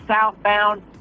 southbound